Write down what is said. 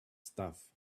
stuff